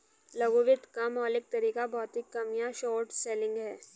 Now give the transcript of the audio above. लघु वित्त का मौलिक तरीका भौतिक कम या शॉर्ट सेलिंग है